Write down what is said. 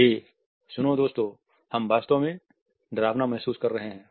हे सुनो दोस्तों हम वास्तव में डरावना महसूस कर रहे हैं